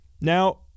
Now